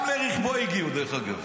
גם לרכבו הגיעו, דרך אגב.